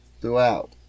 throughout